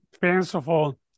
fanciful